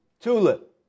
TULIP